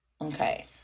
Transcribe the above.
okay